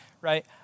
right